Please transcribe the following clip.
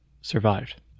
survived